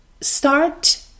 start